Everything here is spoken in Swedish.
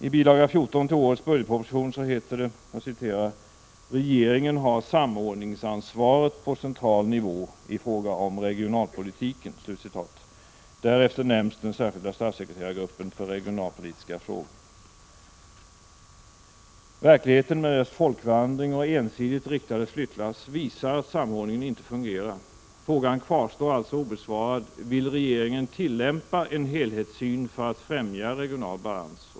I bilaga 14 till årets budgetproposition heter det: ”Regeringen har samordningsansvaret på central nivå i fråga om regionalpolitiken.” Därefter nämns den särskilda statssekreterargruppen för regionalpolitiska frågor. Verkligheten — med dess folkvandring och ensidigt riktade flyttlass — visar att samordningen inte fungerar. Frågan kvarstår alltså obesvarad: Vill regeringen tillämpa en helhetssyn för att främja regional balans?